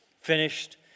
Finished